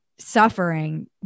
Suffering